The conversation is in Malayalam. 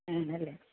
ആണല്ലേ